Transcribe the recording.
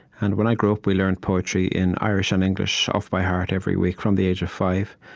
and when i grew up, we learned poetry in irish and english off by heart, every week, from the age of five.